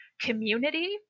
community